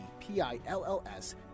P-I-L-L-S